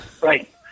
right